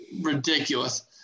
ridiculous